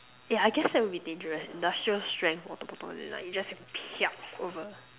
yeah I guess that would be dangerous industrial strength water bottle you like you just have to over